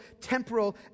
temporal